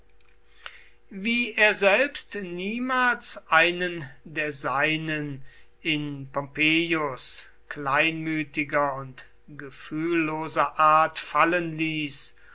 wie er selbst niemals einen der seinen in pompeius kleinmütiger und gefühlloser art fallen ließ